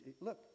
look